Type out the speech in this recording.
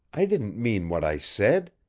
i didn't mean what i said.